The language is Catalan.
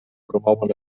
promouen